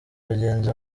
bagenzi